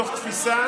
מתוך תפיסה